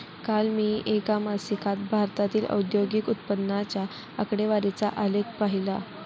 काल मी एका मासिकात भारतातील औद्योगिक उत्पन्नाच्या आकडेवारीचा आलेख पाहीला